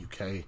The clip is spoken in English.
UK